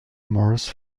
morris